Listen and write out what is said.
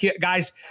guys